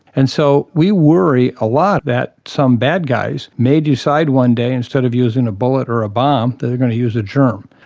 and so we worry a lot that some bad guys may decide one day instead of using a bullet or a bomb they're going to use a germ.